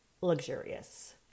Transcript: luxurious